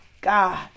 God